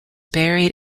buried